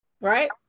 Right